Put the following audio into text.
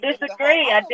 disagree